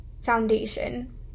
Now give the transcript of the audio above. foundation